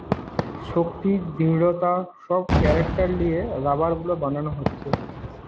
শক্তি, দৃঢ়তা সব ক্যারেক্টার লিয়ে রাবার গুলা বানানা হচ্ছে